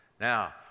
now